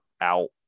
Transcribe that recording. out